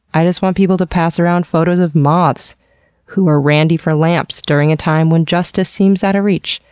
i just want people to pass around photos of moths who are randy for lamps during a time when justice seems out of reach.